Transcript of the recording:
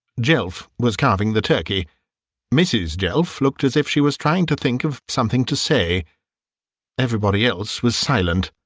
jelf was carving the turkey mrs. jelf looked as if she was trying to think of something to say everybody else was silent.